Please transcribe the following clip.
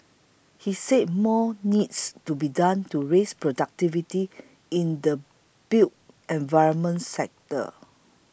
he said more needs to be done to raise productivity in the built environment sector